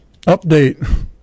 update